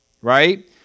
right